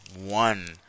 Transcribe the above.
One